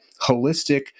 holistic